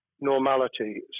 normality